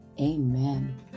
Amen